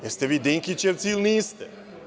Jeste li dinkićevci ili niste?